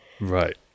right